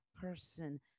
person